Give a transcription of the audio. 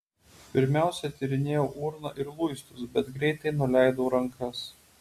pirmiausia tyrinėjau urną ir luistus bet greitai nuleidau rankas